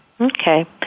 Okay